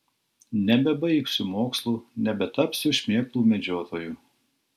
nebebaigsiu mokslų nebetapsiu šmėklų medžiotoju